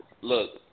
look